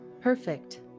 Perfect